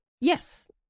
Yes